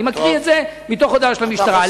אני קורא את זה מתוך הודעה של המשטרה.